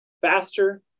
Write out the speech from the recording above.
faster